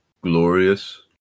glorious